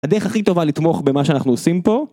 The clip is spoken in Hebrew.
הדרך הכי טובה לתמוך במה שאנחנו עושים פה